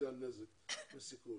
פוטנציאל נזק וסיכון.